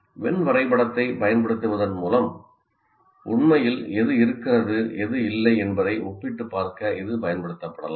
when வரைபடத்தைப் பயன்படுத்துவதன் மூலம் உண்மையில் எது இருக்கிறது எது இல்லை என்பதை ஒப்பிட்டுப் பார்க்க இது பயன்படுத்தப்படலாம்